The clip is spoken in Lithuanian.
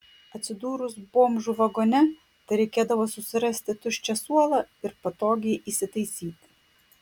atsidūrus bomžų vagone tereikėdavo susirasti tuščią suolą ir patogiai įsitaisyti